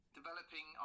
developing